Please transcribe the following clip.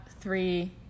three